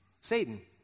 Satan